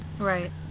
Right